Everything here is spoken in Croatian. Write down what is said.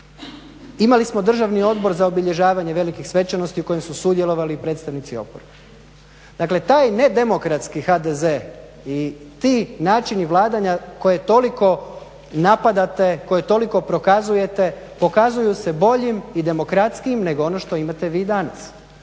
Imali smo Državni odbor za obilježavanje velikih svečanosti u kojem su sudjelovali i predstavnici oporbe. Dakle, taj nedemokratski HDZ i ti načini vladanja koje toliko napadate, koje toliko prokazujete pokazuju se boljim i demokratskijim nego ono što imate vi danas.